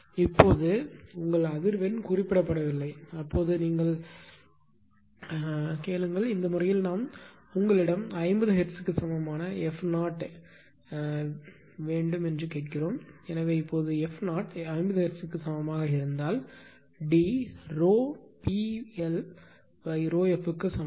இப்போது உங்கள் அதிர்வெண் குறிப்பிடப்படவில்லை அப்போது நீங்கள் கேளுங்கள் இந்த முறையில் நாம் உங்களிடம் 50 ஹெர்ட்ஸுக்கு சமமான f 0 கேட்கிறோம் எனவே இப்போது f 0 50 Hz க்கு சமமாக இருந்தால் D ∂P L∂f க்கு சமம்